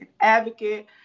advocate